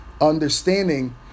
understanding